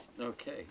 okay